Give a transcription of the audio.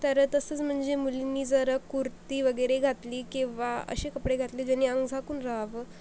तर तसंच म्हणजे मुलींनी जर कुर्ती वगैरे घातली किंवा असे कपडे घातले ज्यानी अंग झाकून रहावं